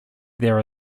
there